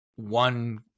one